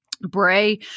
Bray